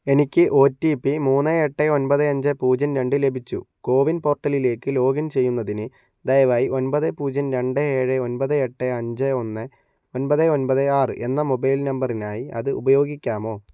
എനിക്ക് ഒറ്റിപി മൂന്ന് എട്ട് ഒൻപത് അഞ്ച് പൂജ്യം രണ്ട് ലഭിച്ചു കോവിൻ പോർട്ടലിലേക്ക് ലോഗിൻ ചെയ്യുന്നതിന് ദയവായി ഒൻപത് പൂജ്യം രണ്ട് ഏഴ് ഒൻപത് എട്ട് അഞ്ച് ഒന്ന് ഒൻപത് ഒൻപത് ആറ് എന്ന മൊബൈൽ നമ്പറിനായി അത് ഉപയോഗിക്കാമോ